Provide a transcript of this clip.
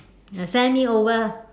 ya send me over